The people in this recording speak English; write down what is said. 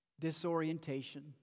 disorientation